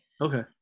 okay